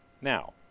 Now